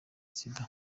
sida